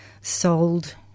sold